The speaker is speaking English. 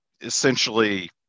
essentially